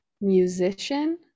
musician